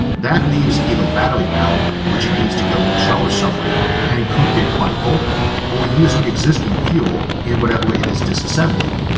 that leaves either battery power, which it needs to go recharge somewhere and could get quite bulky, or using existing fuel in whatever it is disassembling.